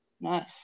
nice